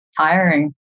tiring